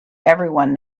everyone